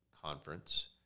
conference